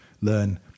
learn